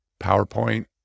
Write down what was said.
PowerPoint